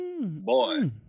Boy